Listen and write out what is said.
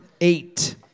eight